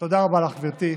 תודה רבה לך, גברתי.